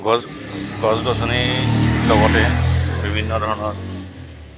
গছ গছ গছনিৰ লগতে বিভিন্ন ধৰণৰ